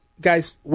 guys